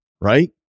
right